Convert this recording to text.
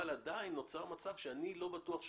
אבל עדיין נוצר מצב שאני לא בטוח,